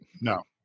No